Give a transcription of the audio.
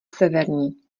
severní